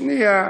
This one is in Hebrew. שנייה.